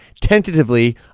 tentatively